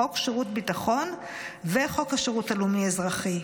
חוק שירות ביטחון וחוק השירות הלאומי-אזרחי,